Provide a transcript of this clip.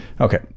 okay